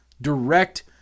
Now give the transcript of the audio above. Direct